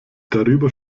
darüber